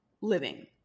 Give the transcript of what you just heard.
living